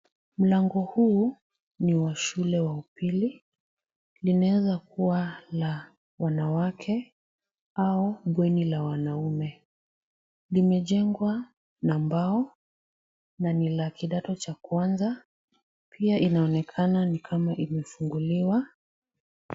Mlango huu ni wa shule wa upili. Unaweza kuwa wa wanawake au bweni la wanaume. Umejengwa na mbao na ni wa kidato cha kwanza. Pia, unaonekana ni kama umefunguliwa.